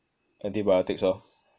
antibiotics lor